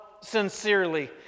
sincerely